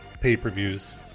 pay-per-views